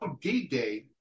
D-Day